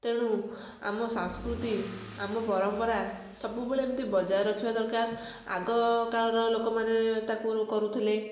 ତେଣୁ ଆମ ସାଂସ୍କୃତି ଆମ ପରମ୍ପରା ସବୁବେଳେ ଏମିତି ବଜାୟ ରଖିବା ଦରକାର ଆଗ କାଳର ଲୋକମାନେ ତାକୁ କରୁଥିଲେ